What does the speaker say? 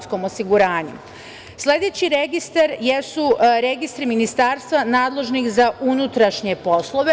Sledeći registar jesu registri ministarstva nadležnih za unutrašnje poslove.